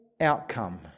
outcome